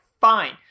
fine